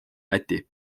läti